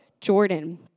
Jordan